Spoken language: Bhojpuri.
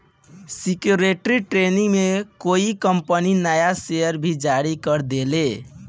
सिक्योरिटी ट्रेनिंग में कोई कंपनी नया शेयर भी जारी कर देले